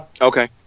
Okay